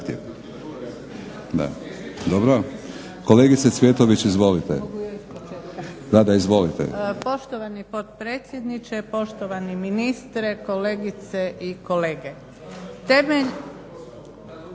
dobro. Kolegice Cvjetović, izvolite. Da, da. Izvolite. **Cvjetović, Ljiljana (HSU)** Poštovani potpredsjedniče, poštovani ministre, kolegice i kolege. Temelj